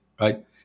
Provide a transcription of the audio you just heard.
right